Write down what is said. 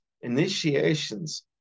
initiations